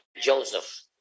Joseph